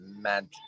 magic